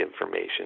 information